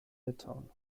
litauen